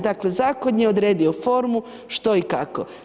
Dakle, zakon je odredio formu, što i kako.